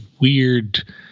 weird